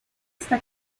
está